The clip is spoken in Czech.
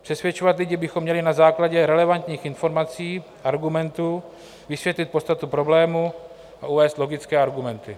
Přesvědčovat lidi bychom měli na základě relevantních informací, argumentů, vysvětlit podstatu problému a uvést logické argumenty.